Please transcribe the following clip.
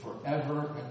forever